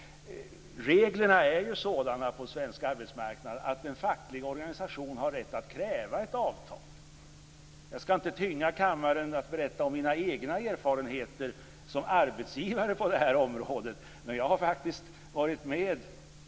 Reglerna är sådana på svensk arbetsmarknad att en facklig organisation har rätt att kräva ett avtal. Jag skall inte tynga kammaren med att berätta om mina egna erfarenheter som arbetsgivare på detta område.